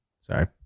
sorry